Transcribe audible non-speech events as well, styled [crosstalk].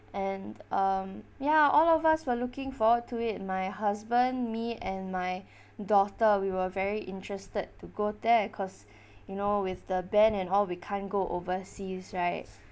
and um ya all of us were looking forward to it my husband me and my [breath] daughter we were very interested to go there cause [breath] you know with the ban and all we can't go overseas right